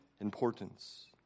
importance